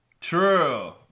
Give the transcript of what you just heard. True